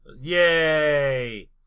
Yay